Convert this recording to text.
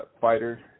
fighter